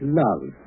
love